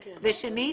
ושנית,